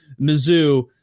Mizzou